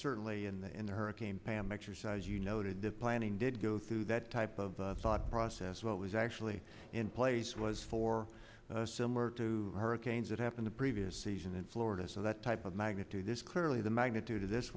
certainly in the in the hurricane pam exercise you noted the planning did go through that type of thought process what was actually in place was for similar to hurricanes that happen the previous season in florida so that type of magnitude is clearly the magnitude of this